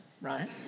right